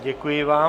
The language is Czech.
Děkuji vám.